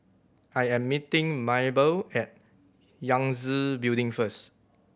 I am meeting Mable at Yangtze Building first